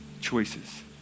choices